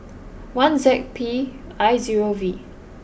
one Z P I zero V